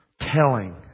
telling